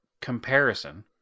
comparison